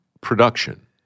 production